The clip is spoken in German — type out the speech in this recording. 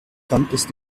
kanntest